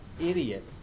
idiot